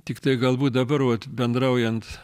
tiktai galbūt dabar uot bendraujant